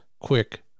quick